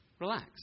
Relax